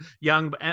young